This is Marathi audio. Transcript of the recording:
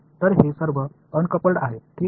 तर हे सर्व अनकपल्ड आहे ठीक आहे